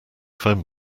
phone